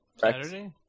Saturday